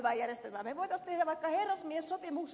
erittäin hyvä järjestelmä